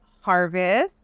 Harvest